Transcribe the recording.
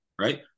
Right